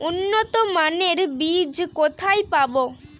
উন্নতমানের বীজ কোথায় পাব?